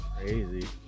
Crazy